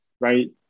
right